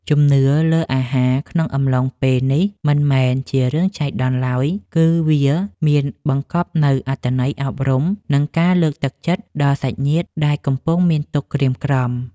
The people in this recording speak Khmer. ជំនឿលើអាហារក្នុងអំឡុងពេលនេះមិនមែនជារឿងចៃដន្យឡើយ គឺវាមានបង្កប់នូវអត្ថន័យអប់រំ និងការលើកទឹកចិត្តដល់សាច់ញាតិដែលកំពុងមានទុក្ខក្រៀមក្រំ។